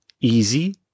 easy